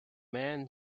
man